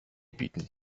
bieten